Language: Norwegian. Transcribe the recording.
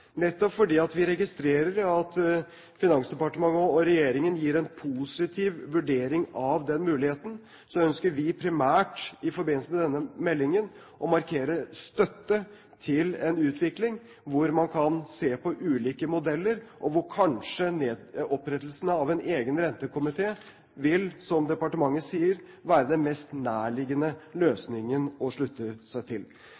Nettopp fordi vi registrerer at Finansdepartementet og regjeringen gir en positiv vurdering av den muligheten, ønsker vi primært i forbindelse med denne meldingen å markere støtte til en utvikling hvor man kan se på ulike modeller, og hvor kanskje opprettelsen av en egen rentekomité vil, som departementet sier, være den mest nærliggende løsningen å slutte seg til.